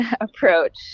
approach